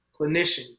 clinician